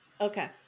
Okay